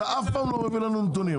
אתה אף פעם לא מביא לנו נתונים,